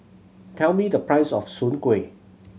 tell me the price of Soon Kueh